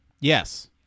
Yes